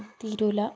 തീരൂല